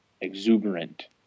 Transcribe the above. exuberant